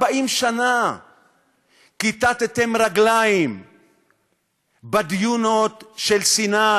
40 שנה כיתתם רגליים בדיונות של סיני